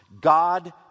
God